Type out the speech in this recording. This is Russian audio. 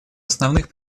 основных